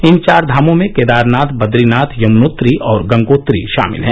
इन चार धामों में केदारनाथ बद्रीनाथ यमुनोत्री और गंगोत्री शामिल है